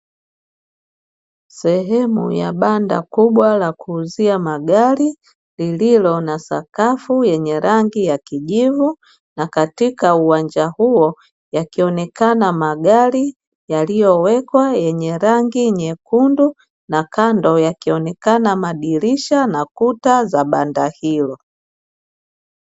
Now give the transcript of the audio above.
Sehemu ya banda kubwa la kuuzia magari lililo na sakafu yenye rangi ya kijivu na katika uwanja huo, yakionekana magari yaliyowekwa yenye rangi nyekundu na kando yakionekana madirirsha na kuta za banda hilo.